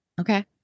Okay